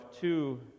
two